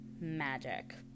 magic